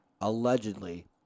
Allegedly